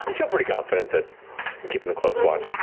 um feel pretty confident that you're keeping a close watch.